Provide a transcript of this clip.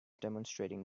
demonstrating